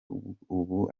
ubu